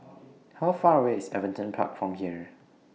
How Far away IS Everton Park from here